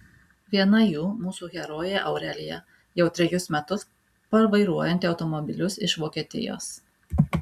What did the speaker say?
viena jų mūsų herojė aurelija jau trejus metus parvairuojanti automobilius iš vokietijos